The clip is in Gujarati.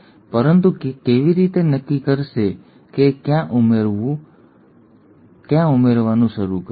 પરંતુ તે કેવી રીતે નક્કી કરશે કે ક્યાં ઉમેરવાનું શરૂ કરવું